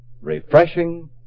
Refreshing